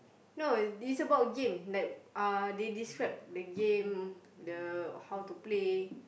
no it's about game like uh they describe the game the how to play